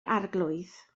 arglwydd